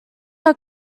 her